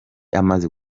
amaze